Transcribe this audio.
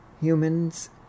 Humans